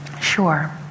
Sure